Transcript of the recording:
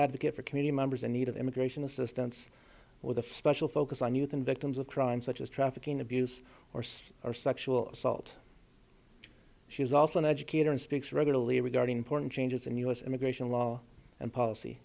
advocate for community members in need of immigration assistance with a special focus on youth and victims of crime such as trafficking abuse or or sexual assault she is also an educator and speaks regularly regarding important changes and u s immigration law and policy